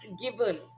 given